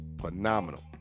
Phenomenal